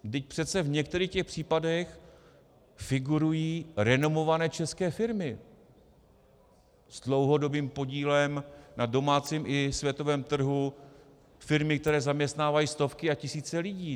Vždyť přece v některých těch případech figurují renomované české firmy s dlouhodobým podílem na domácím i světovém trhu, firmy, které zaměstnávají stovky a tisíce lidí.